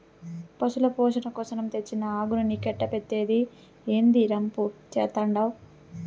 పశుల పోసణ కోసరం తెచ్చిన అగరు నీకెట్టా పెట్టేది, ఏందీ రంపు చేత్తండావు